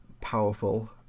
powerful